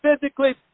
physically